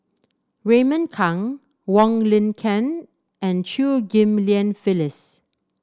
Raymond Kang Wong Lin Ken and Chew Ghim Lian Phyllis